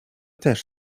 też